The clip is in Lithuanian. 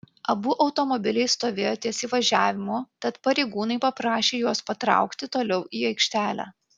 abu automobiliai stovėjo ties įvažiavimu tad pareigūnai paprašė juos patraukti toliau į aikštelę